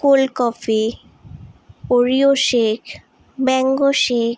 cold coffee অৰিয় shake mango shake